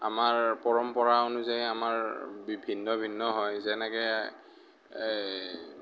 আমাৰ পৰম্পৰা অনুযায়ী আমাৰ ভিন্ন ভিন্ন হয় যেনেকৈ এই